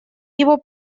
его